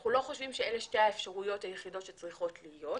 אנחנו לא חושבים שאלה שתי האפשרויות היחידות שצריכות להיות.